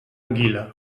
anguila